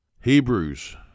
Hebrews